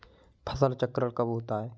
फसल चक्रण कब होता है?